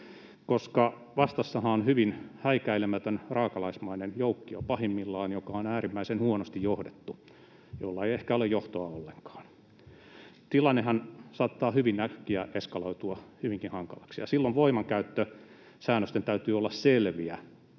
ovat? Vastassahan on hyvin häikäilemätön, pahimmillaan raakalaismainen joukkio, joka on äärimmäisen huonosti johdettu, jolla ei ehkä ole johtoa ollenkaan. Tilannehan saattaa hyvin äkkiä eskaloitua hyvinkin hankalaksi, ja silloin voimankäyttösäännösten täytyy olla selviä,